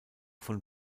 von